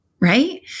Right